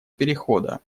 перехода